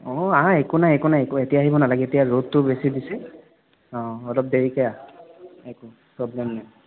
অঁ আহ একো নাই একো নাই একো এতিয়া আহিব নালাগে এতিয়া ৰ'দটো বেছি দিছে অঁ অলপ দেৰিকৈ আহ একো প্ৰব্লেম নাই